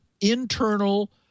internal